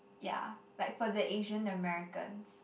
yeah like for the Asian Americans